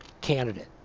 candidate